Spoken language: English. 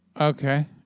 Okay